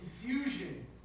confusion